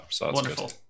Wonderful